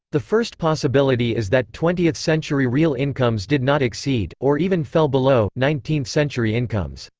the first possibility is that twentieth century real incomes did not exceed, or even fell below, nineteenth-century incomes.